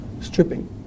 stripping